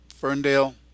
Ferndale